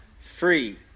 free